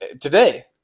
Today